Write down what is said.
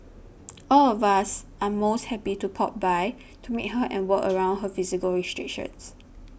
all of us are most happy to pop by to meet her and work around her physical restrictions